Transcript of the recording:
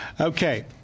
Okay